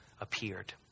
Appeared